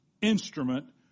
instrument